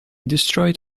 destroyed